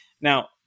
Now